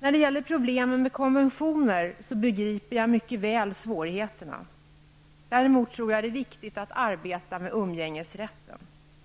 När det gäller problemen med konventioner begriper jag mycket väl svårigheterna. Däremot tror jag att det är viktigt att arbeta med umgängesrätten.